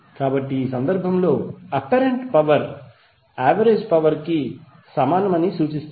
కాబట్టి ఈ సందర్భంలో అప్పారెంట్ పవర్ యావరేజ్ పవర్ కి సమానమని సూచిస్తుంది